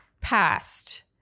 past